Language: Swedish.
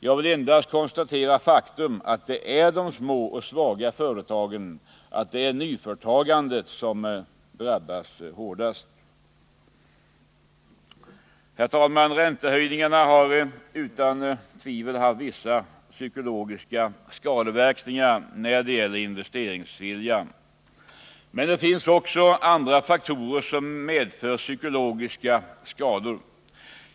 Jag vill endast konstatera faktum, att det är de små och svaga företagen och att det är nyföretagandet som drabbas hårdast. Räntehöjningarna har utan tvivel haft vissa psykologiska skadeverkningar när det gäller investeringsviljan. Men det finns också andra faktorer som medför psykologiska skador.